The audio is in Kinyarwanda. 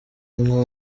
nko